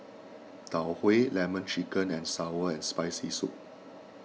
Tau Huay Lemon Chicken and Sour and Spicy Soup